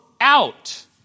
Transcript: out